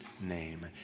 name